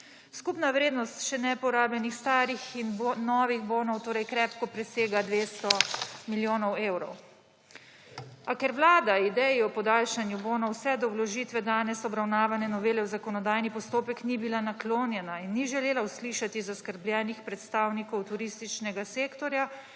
Skupna vrednost še neporabljenih starih in novih bonov torej krepko presega 200 milijonov evrov. A ker vlada ideji o podaljšanju bonov vse do vložitve danes obravnavane novele v zakonodajni postopek ni bila naklonjena in ni želela uslišati zaskrbljenih predstavnikov turističnega sektorja,